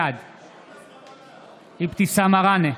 בעד אבתיסאם מראענה,